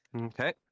Okay